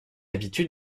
habitude